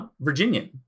Virginian